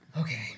okay